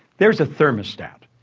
there's a thermostat.